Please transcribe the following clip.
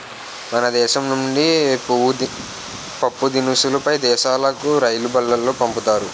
మన దేశం నుండి పప్పుదినుసులు పై దేశాలుకు రైలుబల్లులో పంపుతున్నారు